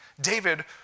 David